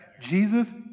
Jesus